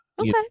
Okay